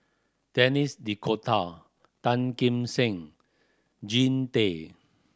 Denis D'Cotta Tan Kim Seng Jean Tay